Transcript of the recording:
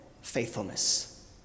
faithfulness